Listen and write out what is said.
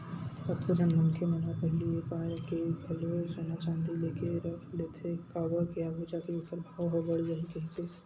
कतको झन मनखे मन ह पहिली ए पाय के घलो सोना चांदी लेके रख लेथे काबर के आघू जाके ओखर भाव ह बड़ जाही कहिके